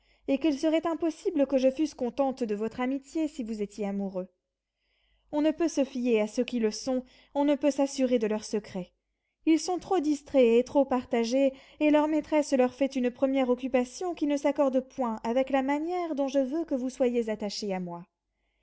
et qu'il serait impossible que je fusse contente de votre amitié si vous étiez amoureux on ne peut se fier à ceux qui le sont on ne peut s'assurer de leur secret ils sont trop distraits et trop partagés et leur maîtresse leur fait une première occupation qui ne s'accorde point avec la manière dont je veux que vous soyez attaché à moi